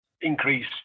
increase